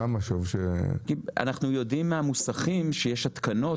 אנחנו יודעים מהמוסכים שיש התקנות.